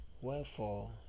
wherefore